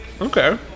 Okay